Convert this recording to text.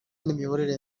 n’imiyoborere